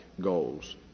goals